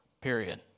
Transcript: period